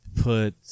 put